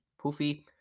poofy